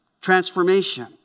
transformation